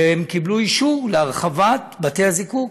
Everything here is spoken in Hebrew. והם קיבלו אישור להרחבת בתי הזיקוק.